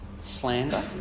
slander